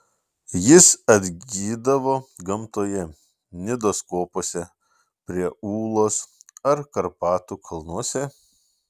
jis atgydavo gamtoje nidos kopose prie ūlos ar karpatų kalnuose